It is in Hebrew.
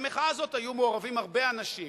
במחאה הזאת היו מעורבים הרבה אנשים,